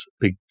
big